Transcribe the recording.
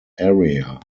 area